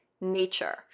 nature